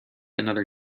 another